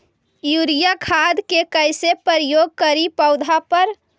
Urea खाद के कैसे प्रयोग करि पौधा पर?